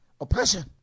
Oppression